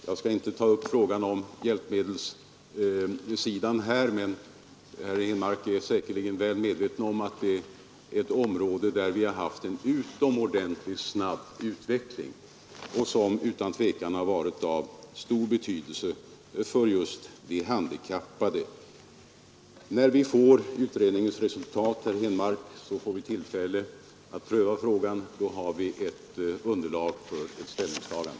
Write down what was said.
Jag skall inte ta upp frågan om hjälpmedelssidan här, men herr Henmark är säkerligen väl medveten om att det är ett område där vi har haft en utomordentligt snabb utveckling, som utan tvivel varit av stor betydelse för just de handikappade. När vi får utredningens resultat, herr Henmark, får vi tillfälle att pröva frågan. Då har vi ett underlag för ett ställningstagande.